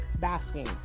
basking